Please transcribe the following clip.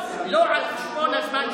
והיא אמרה שהיא מעולם לא אמרה,